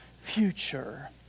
future